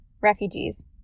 refugees